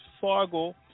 Fargo